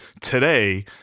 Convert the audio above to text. today